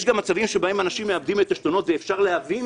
גם מצבים שבהם אנשים מאבדים את עשתונותיהם ואפשר להבין